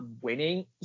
winning